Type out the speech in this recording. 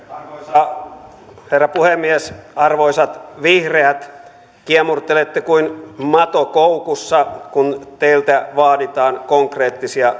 arvoisa herra puhemies arvoisat vihreät kiemurtelette kuin mato koukussa kun teiltä vaaditaan konkreettisia